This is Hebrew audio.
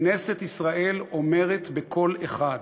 כנסת ישראל אומרת בקול אחד: